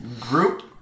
group